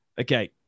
Okay